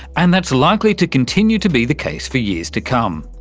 and that's likely to continue to be the case for years to come.